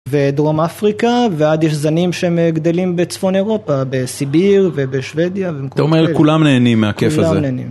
ודרום אפריקה, ועד יש זנים שהם גדלים בצפון אירופה, בסיביר ובשוודיה. אתה אומר, כולם נהנים מהכיף הזה. כולם נהנים